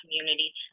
community